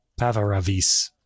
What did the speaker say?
pavaravis